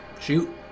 Shoot